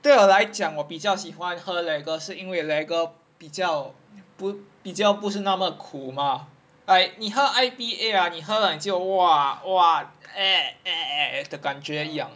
对我来讲我比较喜欢喝 lagar 是因为 lagar 比较不比较不是那么苦 mah like 你喝 I_P_A ah 你喝 liao 你就 !wah! !wah! 的感觉一样